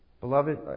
Beloved